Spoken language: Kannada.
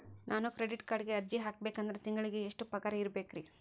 ನಾನು ಕ್ರೆಡಿಟ್ ಕಾರ್ಡ್ಗೆ ಅರ್ಜಿ ಹಾಕ್ಬೇಕಂದ್ರ ತಿಂಗಳಿಗೆ ಎಷ್ಟ ಪಗಾರ್ ಇರ್ಬೆಕ್ರಿ?